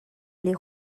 les